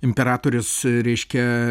imperatorius reiškia